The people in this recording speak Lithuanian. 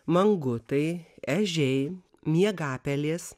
mangutai ežiai miegapelės